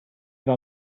war